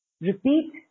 Repeat